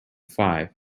five